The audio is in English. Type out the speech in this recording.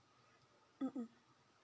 mm mm